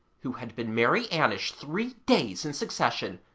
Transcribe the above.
who had been mary-annish three days in succession,